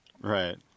Right